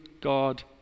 God